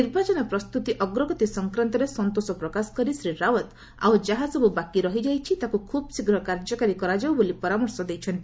ନିର୍ବାଚନ ପ୍ରସ୍ତୁତି ଅଗ୍ରଗତି ସଂକ୍ରାନ୍ତରେ ସନ୍ତୋଷ ପ୍ରକାଶ କରି ଶ୍ରୀ ରାଓ୍ୱତ ଆଉ ଯାହାସବୁ ବାକି ରହିଯାଇଛି ତାକୁ ଖୁବ୍ ଶୀଘ୍ର କାର୍ଯ୍ୟକାରୀ କରାଯାଉ ବୋଲି ପରାମର୍ଶ ଦେଇଛନ୍ତି